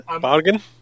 Bargain